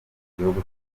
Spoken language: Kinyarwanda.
igihugu